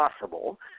possible